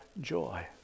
joy